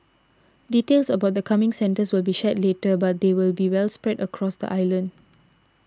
details about the coming centres will be shared later but they will be well spread out across the island